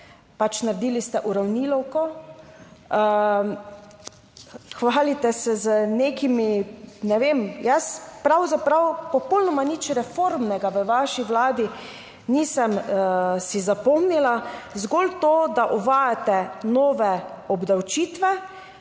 pač naredili ste uravnilovko. Hvalite se z nekimi, ne vem, jaz pravzaprav popolnoma nič reformnega v vaši vladi nisem si zapomnila, zgolj to, da uvajate nove obdavčitve,